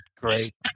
great